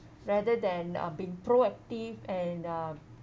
rather than uh being proactive and uh